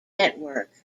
network